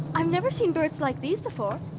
i've never seen birds like these before.